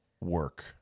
work